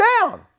down